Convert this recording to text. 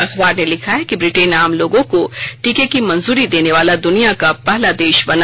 अखबार ने लिखा है ब्रिटेन आम लोगों को टीके की मंजूरी देने वाला दुनिया का पहला देश बना